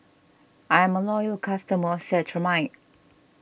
I'm a loyal customer of Cetrimide